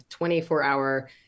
24-hour